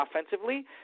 offensively